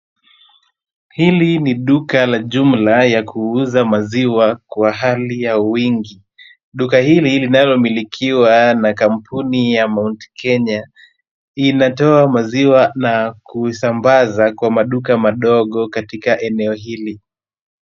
Hili ni duka la jumla ya kuuza maziwa kwa hali ya wingi. Duka hili linalomilikiwa na kampuni ya Mt. Kenya, inatoa maziwa na kusambaza kwa maduka madogo katika eneo hili.